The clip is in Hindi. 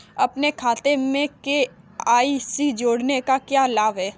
अपने खाते में के.वाई.सी जोड़ने का क्या लाभ है?